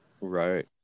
Right